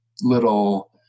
little